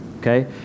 okay